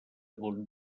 bon